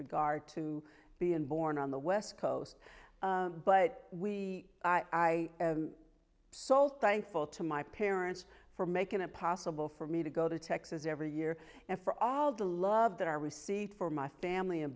regard to being born on the west coast but we i so thankful to my parents for making it possible for me to go to texas every year and for all the love that our receipt for my family in